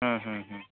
ହଁ